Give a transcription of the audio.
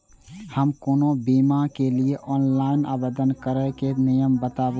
हम कोनो बीमा के लिए ऑनलाइन आवेदन करीके नियम बाताबू?